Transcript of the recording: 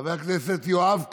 חבר הכנסת יואב קיש,